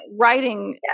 writing